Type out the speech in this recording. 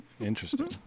interesting